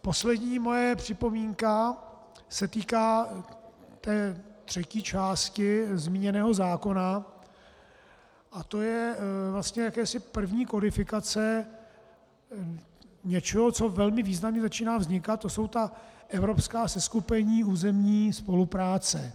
Poslední moje připomínka se týká třetí části zmíněného zákona, a to je jakési první kodifikace něčeho, co velmi významně začíná vznikat, to jsou ta evropská seskupení územní spolupráce.